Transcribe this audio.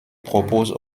propose